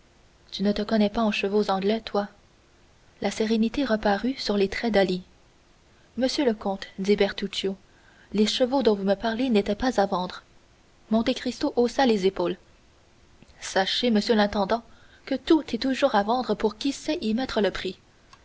tu ne te connais pas en chevaux anglais toi la sérénité reparut sur les traits d'ali monsieur le comte dit bertuccio les chevaux dont vous me parlez n'étaient pas à vendre monte cristo haussa les épaules sachez monsieur l'intendant que tout est toujours à vendre pour qui sait y mettre le prix